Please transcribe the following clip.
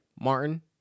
Martin